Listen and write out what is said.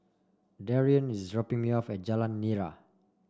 Darien is dropping me off at Jalan Nira